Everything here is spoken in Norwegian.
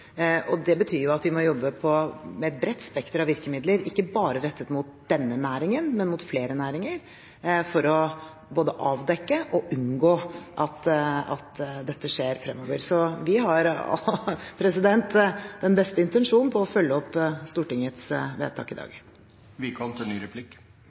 Det betyr at vi må jobbe med et bredt spekter av virkemidler, ikke bare rettet mot denne næringen, men mot flere næringer, for både å avdekke og å unngå at dette skjer fremover. Så vi har den beste intensjon om å følge opp Stortingets vedtak i dag. I ett av svarene sine til